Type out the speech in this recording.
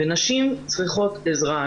נשים צריכות עזרה.